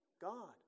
God